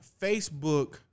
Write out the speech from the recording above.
Facebook